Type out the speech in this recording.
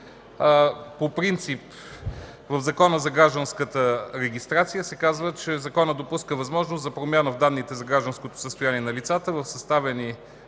По принцип в Закона за гражданската регистрация се казва, че законът допуска възможност за промяна в данните за гражданското състояние на лицата в съставени